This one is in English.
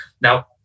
Now